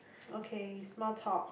okay small talk